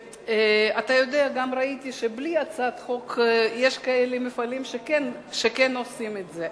וראיתי שגם בלי הצעת חוק יש מפעלים שכן עושים את זה,